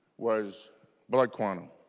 was blood quantum.